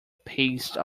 paste